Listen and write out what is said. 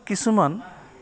কিছুমান